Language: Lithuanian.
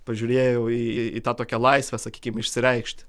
pažiūrėjau į į tą tokią laisvę sakykim išsireikšti